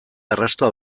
arrastoa